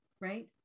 right